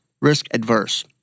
risk-adverse